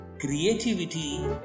creativity